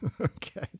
Okay